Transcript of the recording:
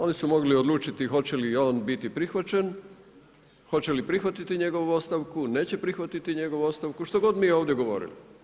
Oni su mogli odlučiti hoće li on biti prihvaćen, hoće li prihvatiti njegovu ostavku, neće prihvatiti njegovu ostavku, što god mi ovdje govorili.